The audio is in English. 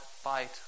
fight